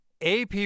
AP